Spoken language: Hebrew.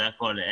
זה הכול.